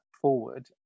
forward